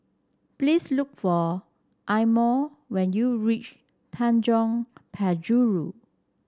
please look for Imo when you reach Tanjong Penjuru